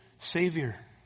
Savior